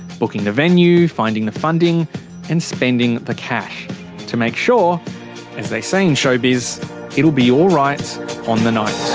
booking the venue, finding the funding and spending the cash to make sure as they say in showbiz it'll be alright on the night.